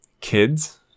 kids